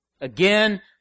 again